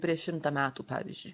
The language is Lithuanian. prieš šimtą metų pavyzdžiui